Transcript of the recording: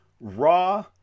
raw